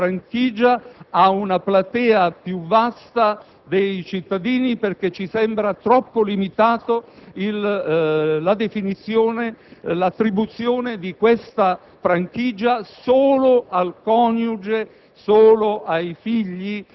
di estendere la franchigia ad una platea più vasta di cittadini perché ci sembra troppo limitata l'attribuzione di quella franchigia solamente al coniuge,